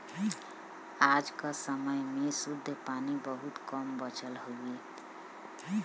आज क समय में शुद्ध पानी बहुत कम बचल हउवे